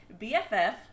BFF